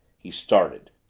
he started.